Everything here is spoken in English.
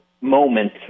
moment